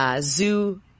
Zoo